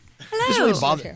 Hello